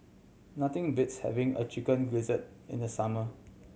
nothing beats having a Chicken Gizzard in the summer